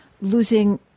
losing